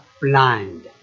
blind